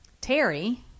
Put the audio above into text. Terry